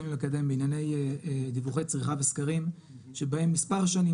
לקדם בענייני דיווחי צריכה בסקרים שבהם מספר שנים,